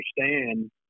understand